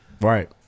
Right